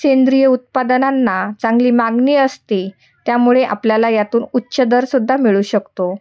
सेंद्रिय उत्पादनांना चांगली मागणी असते त्यामुळे आपल्याला यातून उच्च दर सुद्धा मिळू शकतो